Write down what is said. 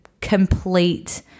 complete